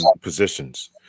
positions